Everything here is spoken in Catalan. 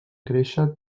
créixer